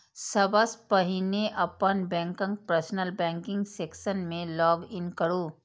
सबसं पहिने अपन बैंकक पर्सनल बैंकिंग सेक्शन मे लॉग इन करू